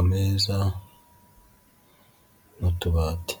ameza, n'utubati.